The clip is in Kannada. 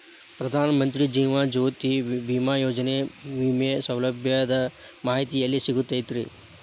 ಪ್ರಧಾನ ಮಂತ್ರಿ ಜೇವನ ಜ್ಯೋತಿ ಭೇಮಾಯೋಜನೆ ವಿಮೆ ಸೌಲಭ್ಯದ ಮಾಹಿತಿ ಎಲ್ಲಿ ಸಿಗತೈತ್ರಿ?